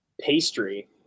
pastry